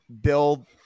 build